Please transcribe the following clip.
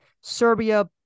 Serbia